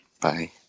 Bye